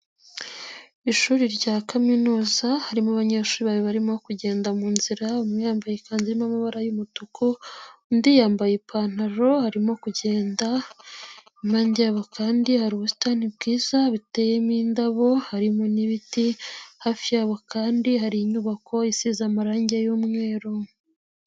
Ishuri rya kaminuza harimo abanyeshuri barimo kugenda mu inzira, umwe yambaye ikanzu y'amabara y'umutuku, undi yambaye ipantaro arimo kugenda, impande kandi hari ubusitani bwiza biteyemo indabo, harimo n'ibiti hafi yabo kandi hari inyubako isize amarangi y'umweru.